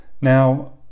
Now